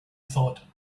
thought